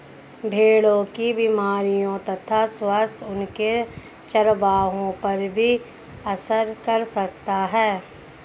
भेड़ों की बीमारियों तथा स्वास्थ्य उनके चरवाहों पर भी असर कर सकता है